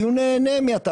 כי הוא נהנה מהטבת מס.